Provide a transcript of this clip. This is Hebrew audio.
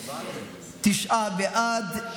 חבר הכנסת סימון דוידסון,